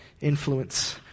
influence